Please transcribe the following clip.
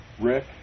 Rick